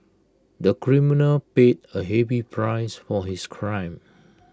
the criminal paid A heavy price for his crime